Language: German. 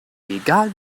egal